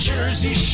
Jersey